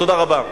תודה רבה.